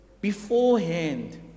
beforehand